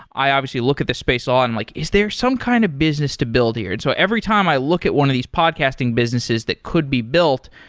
i obviously look at the space on like, is there some kind of business to build here? and so every time i look at one of these podcasting businesses that could be built,